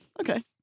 Okay